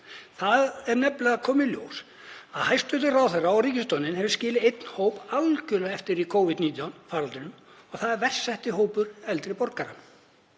Það er nefnilega komið í ljós að hæstv. ráðherra og ríkisstjórnin hefur skilið einn hóp algjörlega eftir í Covid-19 faraldrinum og það er verst setti hópur eldri borgara,